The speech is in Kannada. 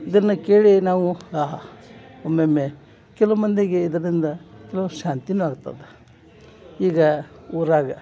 ಇದನ್ನು ಕೇಳಿ ನಾವು ಆಹಾ ಒಮ್ಮೊಮ್ಮೆ ಕೆಲ ಮಂದಿಗೆ ಇದರಿಂದ ಕೆಲವು ಶಾಂತಿಯೂ ಆಗ್ತದೆ ಈಗ ಊರಾಗ